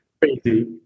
crazy